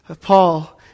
Paul